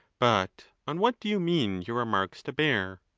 but on what do you mean your remarks to bear?